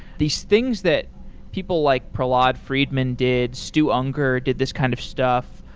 these things that people like prahlad friedman did, stu unger did this kind of stuff.